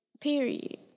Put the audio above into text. Period